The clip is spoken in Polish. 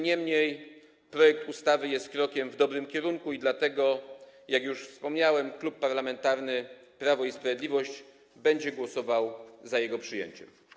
Niemniej jednak projekt ustawy jest krokiem w dobrym kierunku i dlatego - jak już wspomniałem - Klub Parlamentarny Prawo i Sprawiedliwość będzie głosował za jego przyjęciem.